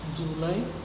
July